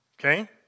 Okay